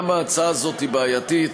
גם ההצעה הזאת היא בעייתית.